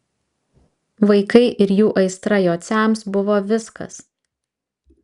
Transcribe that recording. vaikai ir jų aistra jociams buvo viskas